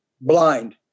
blind